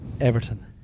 Everton